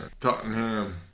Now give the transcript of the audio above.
Tottenham